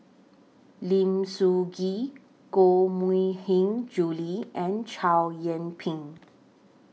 Lim Soo Ngee Koh Mui Hiang Julie and Chow Yian Ping